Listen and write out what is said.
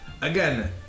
again